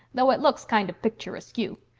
though it looks kind of pictureaskew.